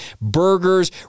burgers